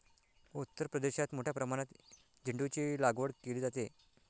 उत्तर प्रदेशात मोठ्या प्रमाणात झेंडूचीलागवड केली जाते